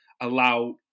allow